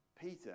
Peter